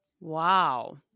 Wow